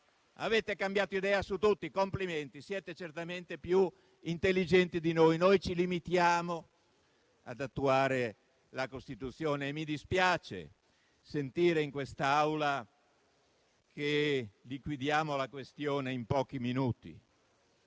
Avete cambiato idea su tutto: complimenti, siete certamente più intelligenti di noi. Noi ci limitiamo ad attuare la Costituzione. Mi dispiace sentire in quest'Aula che liquidiamo la questione in pochi minuti,